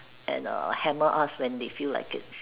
and uh hammer us when they feel like it